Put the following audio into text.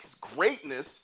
greatness